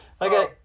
Okay